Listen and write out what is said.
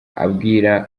abwira